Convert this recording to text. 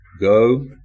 go